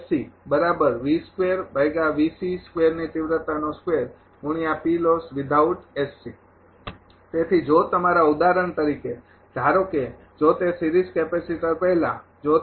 તેથી જો તમારા ઉદાહરણ તરીકે ધારો કે જો તે સિરીઝ કેપેસિટર પહેલા જો તે